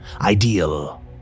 ideal